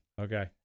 Okay